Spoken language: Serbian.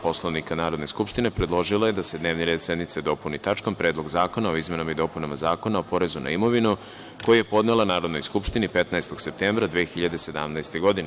Poslovnika Narodne skupštine, predložila je da se dnevni red sednice dopuni tačkom - Predlog zakona o izmenama i dopunama Zakona o porezu na imovinu, koji je podnela Narodnoj skupštini 15. septembra 2017. godine.